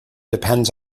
depends